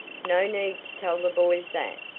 no need to tell the boys that,